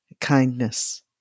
kindness